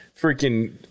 freaking